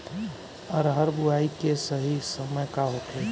अरहर बुआई के सही समय का होखे?